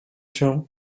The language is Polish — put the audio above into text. cię